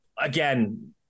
again